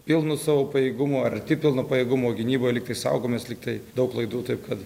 pilnu savo pajėgumu arti pilno pajėgumo gynyboj lygtai saugomės lygtai daug klaidų taip kad